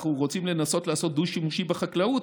אנחנו רוצים לנסות לעשות דו-שימושיות עם חקלאות,